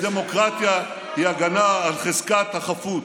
דמוקרטיה היא הגנה על חזקת החפות,